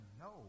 No